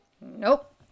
nope